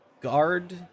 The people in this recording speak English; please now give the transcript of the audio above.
guard